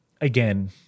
again